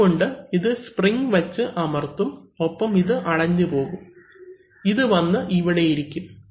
അതുകൊണ്ട് ഇത് സ്പ്രിംഗ് വച്ച് അമർത്തും ഒപ്പം ഇത് അടഞ്ഞു പോകും ഇത് വന്നു ഇവിടെ ഇരിക്കും